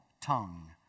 tongue